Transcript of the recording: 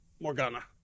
Morgana